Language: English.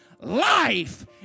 life